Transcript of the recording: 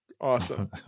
Awesome